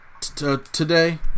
today